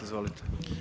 Izvolite.